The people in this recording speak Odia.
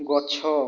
ଗଛ